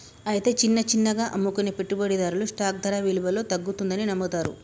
అయితే చిన్న చిన్నగా అమ్ముకునే పెట్టుబడిదారులు స్టాక్ ధర విలువలో తగ్గుతుందని నమ్ముతారు